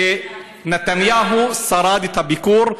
שנתניהו שרד את הביקור.